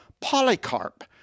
Polycarp